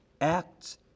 acts